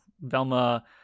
Velma